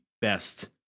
best